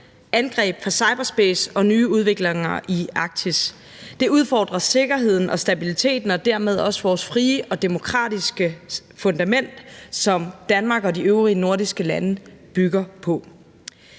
angreb fra cyberspace og nye udviklinger i Arktis. Det udfordrer sikkerheden og stabiliteten og dermed også det frie og demokratiske fundament, som Danmark og de øvrige nordiske lande bygger på.